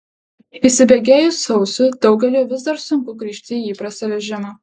įsibėgėjus sausiui daugeliui vis dar sunku grįžti į įprastą režimą